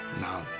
now